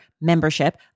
membership